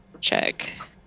check